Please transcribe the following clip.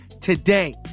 today